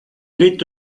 est